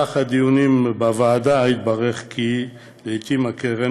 במהלך הדיונים בוועדה התברר כי לעתים הקרן